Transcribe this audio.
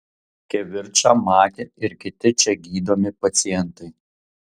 kivirčą matė ir kiti čia gydomi pacientai